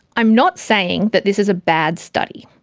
i'm not saying that this is a bad study,